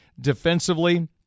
defensively